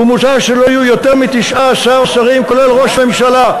ומוצע שלא יהיו יותר מ-19 שרים, כולל ראש ממשלה.